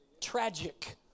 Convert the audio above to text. tragic